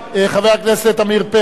חבר הכנסת עמיר פרץ.